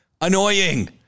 annoying